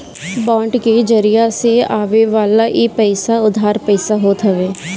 bond के जरिया से आवेवाला इ पईसा उधार पईसा होत हवे